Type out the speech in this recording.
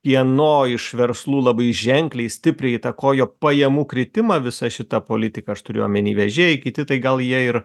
vienoj iš verslų labai ženkliai stipriai įtakojo pajamų kritimą visa šita politika aš turiu omeny vežėjai kiti tai gal jie ir